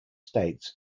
states